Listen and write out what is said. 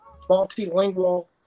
multilingual